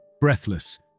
Breathless